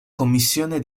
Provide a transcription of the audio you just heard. commissione